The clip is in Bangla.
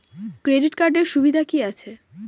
ক্রেডিট কার্ডের সুবিধা কি আছে?